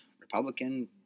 Republican